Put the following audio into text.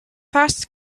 fastest